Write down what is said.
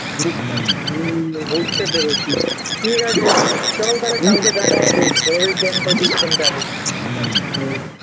group হুম বুঝতে পেরেছি ঠিক আছে চলো তাহলে কালকে দেখা হবে অভিজ্ঞান কোচিং সেন্টারে হুম